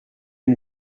une